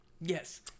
Yes